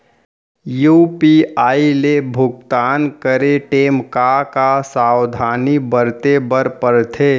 UPI ले भुगतान करे टेम का का सावधानी बरते बर परथे